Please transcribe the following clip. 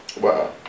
Wow